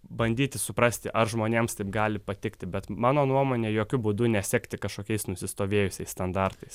bandyti suprasti ar žmonėms taip gali patikti bet mano nuomone jokiu būdu nesekti kažkokiais nusistovėjusiais standartais